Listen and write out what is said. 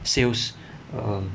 sales err